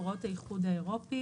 הוראות האיחוד האירופי